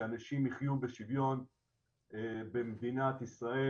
שאנשים יחיו בשוויון במדינת ישראל,